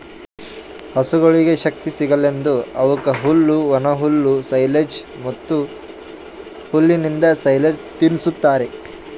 ಹಸುಗೊಳಿಗ್ ಶಕ್ತಿ ಸಿಗಸಲೆಂದ್ ಅವುಕ್ ಹುಲ್ಲು, ಒಣಹುಲ್ಲು, ಸೈಲೆಜ್ ಮತ್ತ್ ಹುಲ್ಲಿಂದ್ ಸೈಲೇಜ್ ತಿನುಸ್ತಾರ್